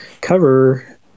Cover